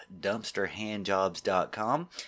dumpsterhandjobs.com